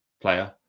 player